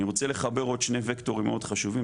אני רוצה לחבר עוד שני וקטורים מאוד חשובים,